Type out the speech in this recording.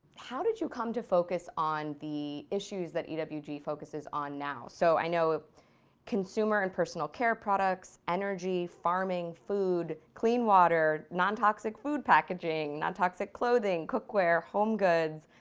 how did you come to focus on the issues that ewg focuses on now. so i know consumer and personal care products, energy, farming, food, clean water, nontoxic food packaging, nontoxic clothing, cookware, home goods,